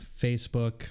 Facebook